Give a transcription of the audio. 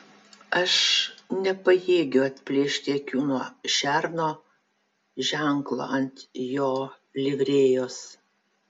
aš nepajėgiu atplėšti akių nuo šerno ženklo ant jo livrėjos